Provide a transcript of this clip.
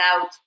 out